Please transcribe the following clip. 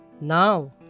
Now